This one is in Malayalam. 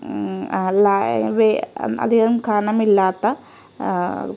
അധികം കനമില്ലാത്ത